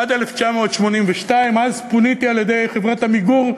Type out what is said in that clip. עד 1982. אז פוניתי על-ידי חברת "עמיגור".